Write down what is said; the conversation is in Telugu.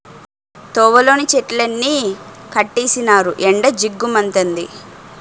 తోవలోని చెట్లన్నీ కొట్టీసినారు ఎండ జిగ్గు మంతంది